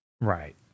Right